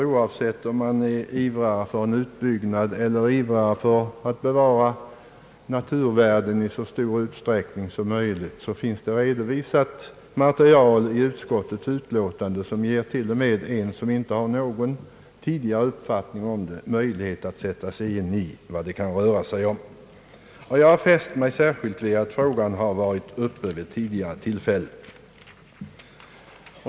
Oavsett om man ivrar för en utbyggnad, ivrar för att bevara naturvärdena i så stor utsträckning som möjligt eller har någon annan uppfattning, måste man konstatera att utskottsutlåtandet innehåller material som gör det möjligt för envar att sätta sig in i ärendet. Jag har särskilt fäst mig vid den utförliga redovisningen av frågans tidigare behandling.